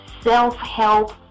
self-help